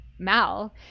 mal